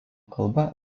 kalba